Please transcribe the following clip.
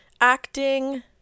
acting